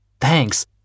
Thanks